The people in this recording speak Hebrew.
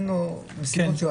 מסיבות שלו,